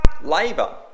labour